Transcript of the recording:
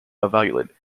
evaluated